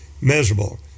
miserable